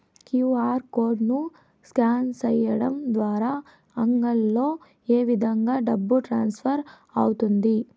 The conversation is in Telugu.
క్యు.ఆర్ కోడ్ ను స్కాన్ సేయడం ద్వారా అంగడ్లలో ఏ విధంగా డబ్బు ట్రాన్స్ఫర్ అవుతుంది